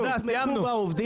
--- סיכוי לעובדים.